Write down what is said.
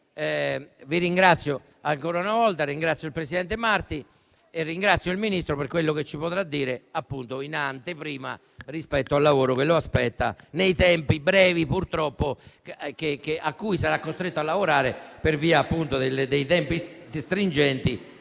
il Ministro. Ringrazio il presidente Marti e ringrazio il Ministro per quello che ci potrà dire in anteprima rispetto al lavoro che lo aspetta nei tempi, purtroppo, brevi nei quali sarà costretto a lavorare per via dei tempi stringenti